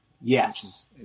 Yes